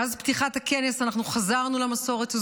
מאז פתיחת הכנס אנחנו חזרנו למסורת הזו.